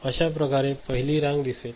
अश्या प्रकारे पहिली रांग दिसेल